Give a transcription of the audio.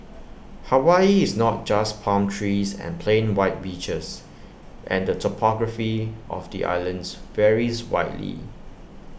Hawaii is not just palm trees and plain white beaches and the topography of the islands varies widely